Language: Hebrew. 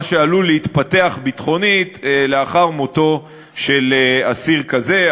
מה שעלול להתפתח ביטחונית לאחר מותו של אסיר כזה,